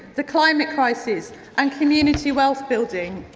the climate crisis and community wealth building.